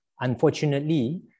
Unfortunately